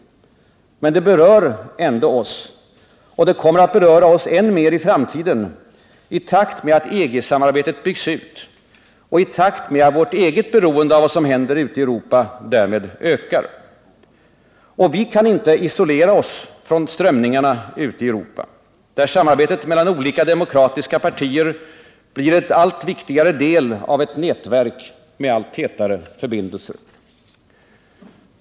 Men det berör ändå oss. Och det kommer att beröra oss än mer i framtiden i takt med att EG-samarbetet byggs ut och i takt med att vårt beroende av vad som händer ute i Europa därmed ökar. Och vi kan inte isolera oss från strömningarna ute i Europa, där samarbetet mellan olika demokratiska partier blir en allt viktigare del av ett nätverk av allt tätare förbindelser.